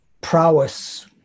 prowess